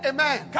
Amen